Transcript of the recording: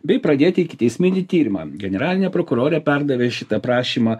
bei pradėti ikiteisminį tyrimą generalinė prokurorė perdavė šitą prašymą